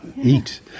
eat